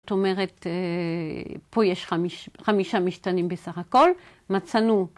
זאת אומרת, פה יש חמיש... חמישה משתנים בסך הכל, מצאנו...